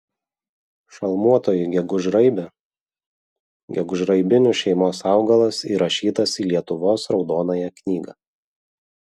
šalmuotoji gegužraibė gegužraibinių šeimos augalas įrašytas į lietuvos raudonąją knygą